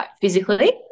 physically